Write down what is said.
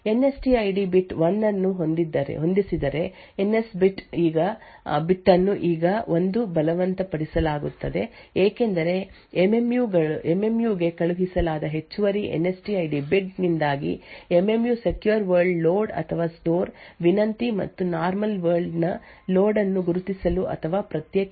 N S T I D bit 1 ಅನ್ನು ಹೊಂದಿಸಿದರೆ N S bit ಅನ್ನು ಈಗ 1 ಗೆ ಬಲವಂತಪಡಿಸಲಾಗುತ್ತದೆ ಏಕೆಂದರೆ ಎಂಎಂ ಯು ಗೆ ಕಳುಹಿಸಲಾದ ಹೆಚ್ಚುವರಿ N S T I D bit ನಿಂದಾಗಿ M M U secure world load ಅಥವಾ ಸ್ಟೋರ್ ವಿನಂತಿ ಮತ್ತು ನಾರ್ಮಲ್ ವರ್ಲ್ಡ್ ನ ಲೋಡ್ ಅನ್ನು ಗುರುತಿಸಲು ಅಥವಾ ಪ್ರತ್ಯೇಕಿಸಲು ಸಾಧ್ಯವಾಗುತ್ತದೆ ಅಥವಾ ಸ್ಟೋರ್ ವಿನಂತಿ